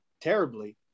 terribly